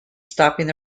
stopping